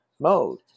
mode